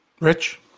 Rich